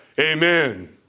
Amen